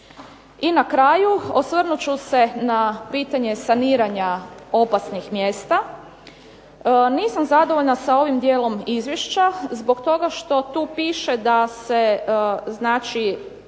I na kraju, osvrnut ću se na pitanje saniranja opasnih mjesta. Nisam zadovoljna sa ovim dijelom izvješća zbog toga što tu piše da se, znači